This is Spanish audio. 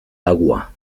agua